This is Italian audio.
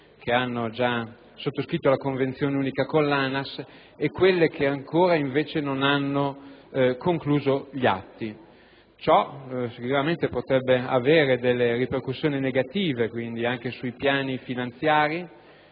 che hanno già sottoscritto la convenzione unica con l'ANAS e quelle che invece non hanno ancora concluso gli atti. Ciò sicuramente potrebbe avere ripercussioni negative anche sui piani finanziari